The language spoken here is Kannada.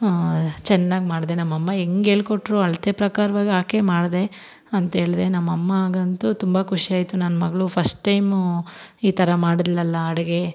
ಚೆನ್ನಾಗ್ ಮಾಡಿದೆ ನಮ್ಮಅಮ್ಮ ಹೆಂಗ್ ಹೇಳ್ಕೊಟ್ರು ಅಳ್ತೆ ಪ್ರಕಾರ್ವಾಗಿ ಹಾಕೇ ಮಾಡಿದೆ ಅಂತೇಳಿದೆ ನಮ್ಮಅಮ್ಮಗಂತು ತುಂಬ ಖುಷಿಯಾಯ್ತು ನನ್ನ ಮಗಳು ಫಸ್ಟ್ ಟೈಮು ಈ ಥರ ಮಾಡಿದ್ಲಲ್ಲ ಅಡಿಗೆ